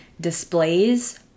displays